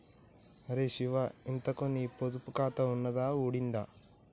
అరే శివా, ఇంతకూ నీ పొదుపు ఖాతా ఉన్నదా ఊడిందా